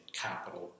capital